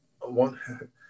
one